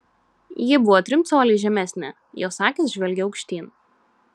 ji buvo trim coliais žemesnė jos akys žvelgė aukštyn